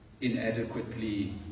inadequately